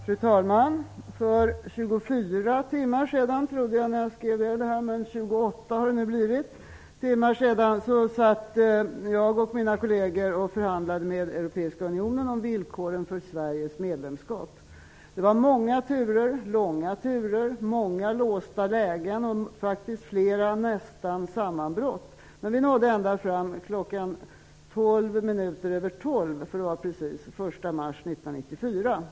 Fru talman! För vad jag trodde skulle bli 24 timmar sedan när jag förberedde detta anförande men som nu har blivit 28 satt jag och mina kolleger och förhandlade med Europeiska Unionen om villkoren för Sveriges medlemskap. Det var många och långa turer, många låsta lägen och i flera fall nästan sammanbrott. Men vi nådde ända fram kl. 12.12 den 1 mars 1994.